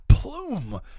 plume